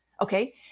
okay